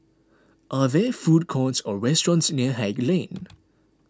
are there food courts or restaurants near Haig Lane